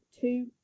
two